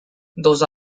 those